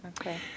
Okay